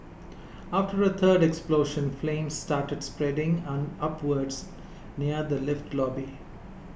after a third explosion flames started spreading an upwards near the lift lobby